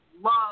love